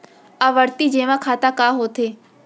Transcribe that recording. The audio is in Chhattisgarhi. आवर्ती जेमा खाता का होथे?